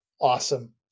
Awesome